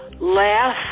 laugh